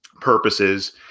purposes